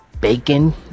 bacon